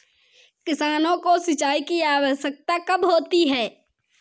किसानों को सिंचाई की आवश्यकता कब होती है?